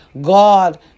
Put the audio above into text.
God